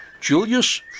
Julius